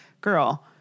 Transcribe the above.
girl